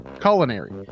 culinary